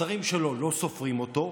השרים שלו לא סופרים אותו,